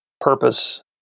purpose